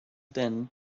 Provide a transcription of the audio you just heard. then